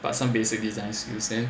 but some basic designs you send